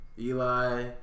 Eli